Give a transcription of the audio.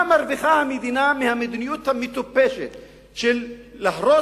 מה מרוויחה המדינה מהמדיניות המטופשת של להרוס